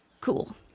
cool